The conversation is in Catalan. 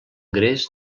gres